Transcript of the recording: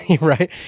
Right